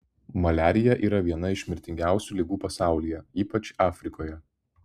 maliarija yra viena iš mirtiniausių ligų pasaulyje ypač afrikoje